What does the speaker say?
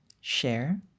share